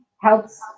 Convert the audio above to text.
helps